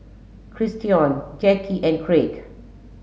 Christion Jacky and Craig